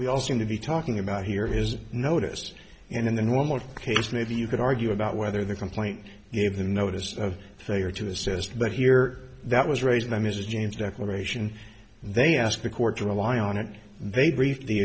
we all seem to be talking about here is noticed and in the normal case maybe you could argue about whether the complaint gave the notice of failure to assess but here that was raised by mr james declaration and they ask the court to rely on it they brief the